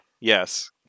Yes